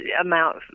amount